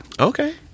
okay